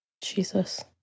Jesus